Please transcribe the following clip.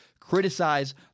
Criticize